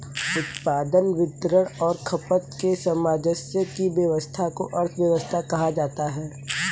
उत्पादन, वितरण और खपत के सामंजस्य की व्यस्वस्था को अर्थव्यवस्था कहा जाता है